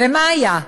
ומה היה?